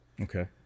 Okay